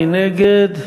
מי נגד?